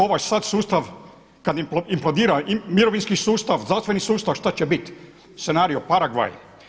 Ovaj sada sustav kada im implodira mirovinski sustav, zdravstveni sustav, šta će biti, scenarij Paragvaj.